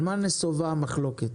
על מה נסובה המחלוקת?